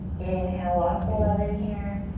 inhale lots of love in here.